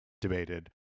debated